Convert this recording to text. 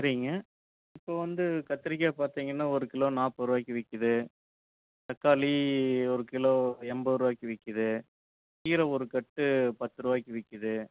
சரிங்க இப்போ வந்து கத்திரிக்காய் பார்த்தீங்கனா ஒரு கிலோ நாட்பது ரூபாய்க்கு விக்குது தக்காளி ஒரு கிலோ எண்பது ரூபாய்க்கு விக்குது கீரை ஒரு கட்டு பத்து ரூபாய்க்கு விக்குது